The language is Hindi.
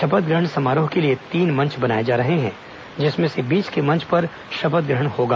शपथ ग्रहण समारोह के लिए तीन मंच बनाए जा रहे हैं जिसमें से बीच के मंच पर शपथ ग्रहण होगा